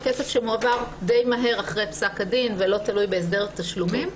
הוא כסף שמועבר מהר למדי אחרי פסק הדין ולא תלוי בהסדר תשלומים.